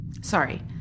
Sorry